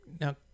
Now